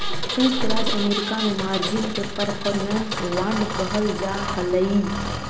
संयुक्त राज्य अमेरिका में मार्जिन के परफॉर्मेंस बांड कहल जा हलई